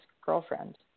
girlfriend